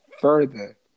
further